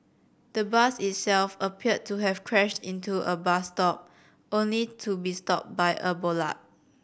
the bus itself appeared to have crashed into a bus stop only to be stopped by a bollard